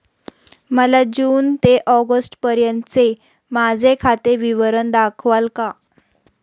मला जून ते ऑगस्टपर्यंतचे माझे खाते विवरण दाखवाल का?